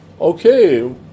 okay